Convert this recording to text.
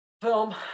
film